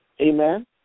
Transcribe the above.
Amen